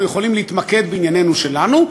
אנחנו יכולים להתמקד בעניינינו שלנו,